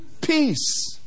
Peace